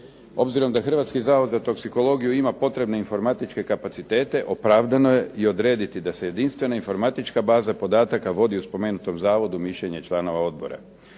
Obzirom da Hrvatski zavod za toksikologiju ima potrebne informatičke kapacitete opravdano je i odrediti da se jedinstvena informatička baza podataka vodi u spomenutom zavodu, mišljenje je članova odbora.